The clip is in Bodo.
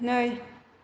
नै